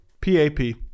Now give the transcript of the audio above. P-A-P